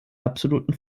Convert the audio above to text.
absoluten